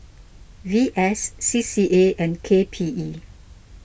V S C C A and K P E